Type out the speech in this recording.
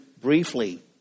briefly